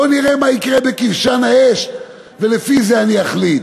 בוא נראה מה יקרה בכבשן האש ולפי זה אני אחליט.